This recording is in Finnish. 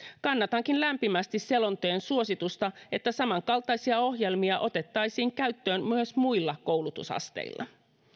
kannatankin lämpimästi selonteon suositusta että samankaltaisia ohjelmia otettaisiin käyttöön myös muilla koulutusasteilla